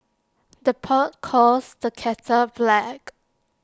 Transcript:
the pot calls the kettle black